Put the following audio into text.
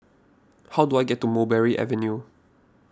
how do I get to Mulberry Avenue